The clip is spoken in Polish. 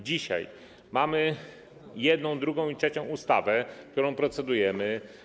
Dzisiaj mamy jedną, drugą i trzecią ustawę, nad którą procedujemy.